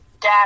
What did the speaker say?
dad